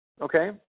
Okay